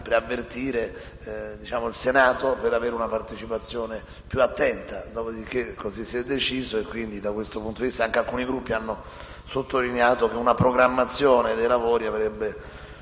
preavvertire il Senato per avere una partecipazione più attenta; dopo di che, così si è deciso, e da questo punto di vista anche alcuni Gruppi hanno sottolineato che una programmazione dei lavori avrebbe